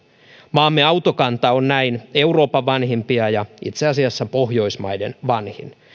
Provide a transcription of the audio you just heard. maamme autokanta on näin euroopan vanhimpia ja itse asiassa pohjoismaiden vanhin